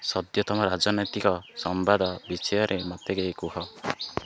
ସତ୍ୟତମ ରାଜନୈତିକ ସମ୍ବାଦ ବିଷୟରେ ମୋତେ କୁହ